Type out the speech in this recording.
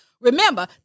Remember